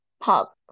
pop